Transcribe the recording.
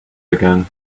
again